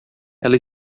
ela